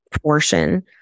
portion